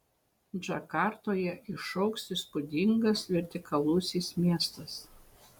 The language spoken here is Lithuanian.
džakartoje išaugs įspūdingas vertikalusis miestas